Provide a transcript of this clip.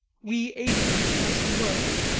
we aiding him as he worked.